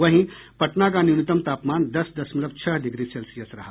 वहीं पटना का न्यूनतम तापमान दस दशमलव छह डिग्री सेल्सियस रहा